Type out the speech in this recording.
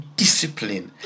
discipline